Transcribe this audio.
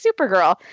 Supergirl